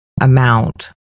amount